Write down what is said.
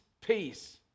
peace